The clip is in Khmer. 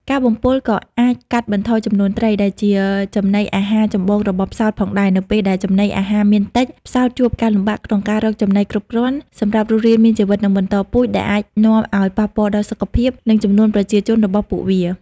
ការបំពុលក៏អាចកាត់បន្ថយចំនួនត្រី ដែលជាចំណីអាហារចម្បងរបស់ផ្សោតផងដែរ នៅពេលដែលចំណីអាហារមានតិច ផ្សោតជួបការលំបាកក្នុងការរកចំណីគ្រប់គ្រាន់សម្រាប់រស់រានមានជីវិត និងបន្តពូជ ដែលអាចនាំឱ្យប៉ះពាល់ដល់សុខភាព និងចំនួនប្រជាជនរបស់ពួកវា។។